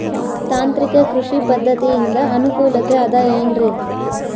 ತಾಂತ್ರಿಕ ಕೃಷಿ ಪದ್ಧತಿಯಿಂದ ಅನುಕೂಲತೆ ಅದ ಏನ್ರಿ?